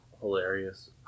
hilarious